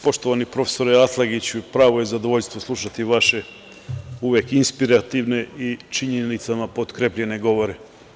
Poštovani profesore Atlagiću, pravo je zadovoljstvo slušati vaše uvek inspirativne i činjenicama potkrepljene govore.